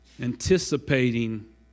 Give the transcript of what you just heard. Anticipating